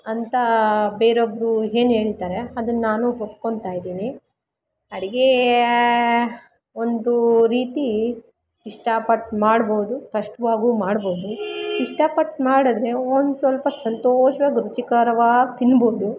ಅಂತ ಬೇರೊಬ್ರು ಏನ್ ಹೇಳ್ತಾರೆ ಅದನ್ನ ನಾನು ಒಪ್ಕೊಂತಾಯಿದೀನಿ ಅಡಿಗೆ ಒಂದು ರೀತಿ ಇಷ್ಟಪಟ್ಟು ಮಾಡ್ಬೋದು ಕಷ್ಟವಾಗು ಮಾಡ್ಬೋದು ಇಷ್ಟಪಟ್ಟು ಮಾಡಿದ್ರೆ ಒಂದುಸ್ವಲ್ಪ ಸಂತೋಷ್ವಾದ ರುಚಿಕರವಾಗಿ ತಿನ್ಬೋದು